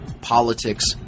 politics